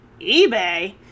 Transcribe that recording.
eBay